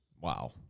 Wow